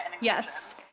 Yes